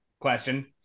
question